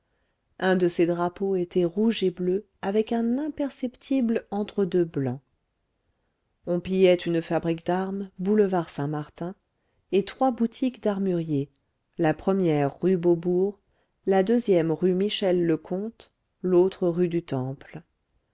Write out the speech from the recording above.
un de ces drapeaux était rouge et bleu avec un imperceptible entre-deux blanc on pillait une fabrique d'armes boulevard saint-martin et trois boutiques d'armuriers la première rue beaubourg la deuxième rue michel le comte l'autre rue du temple